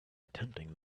attempting